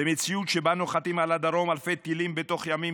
במציאות שבה נוחתים על הדרום אלפי טילים בתוך ימים ספורים,